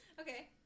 Okay